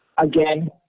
again